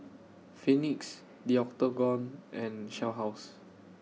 Phoenix The Octagon and Shell House